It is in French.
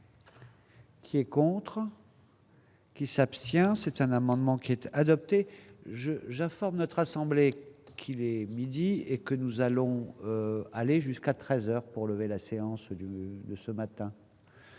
Ces contrats. Qui s'abstient c'est un amendement qui était adopté je j'informe notre assemblée. Qu'il est midi et que nous allons aller jusqu'à 13 heures pour lever la séance de ce matin.